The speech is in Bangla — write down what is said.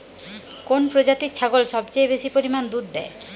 কোন প্রজাতির ছাগল সবচেয়ে বেশি পরিমাণ দুধ দেয়?